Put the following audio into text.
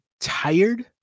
tired